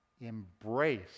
embrace